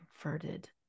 converted